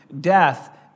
death